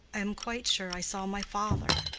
i am quite sure i saw my father.